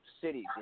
cities